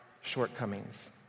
shortcomings